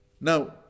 Now